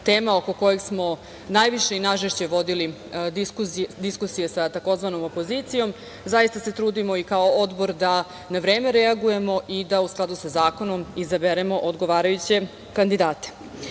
tema oko koje smo najviše i najžešće vodili diskusije sa tzv. opozicijom. Zaista se trudimo i kao Odbor da na vreme reagujemo i da u skladu sa zakonom izaberemo odgovarajuće kandidate. Pre